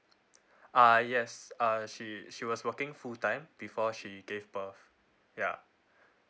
uh yes uh she she was working full time before she gave birth ya